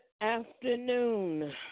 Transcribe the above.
afternoon